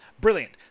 Brilliant